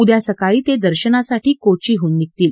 उद्या सकाळी ते दर्शनासाठी कोघीहून निघतील